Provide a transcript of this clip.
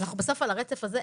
אנחנו בסוף על הרצף הזה,